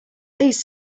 these